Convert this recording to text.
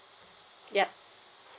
yup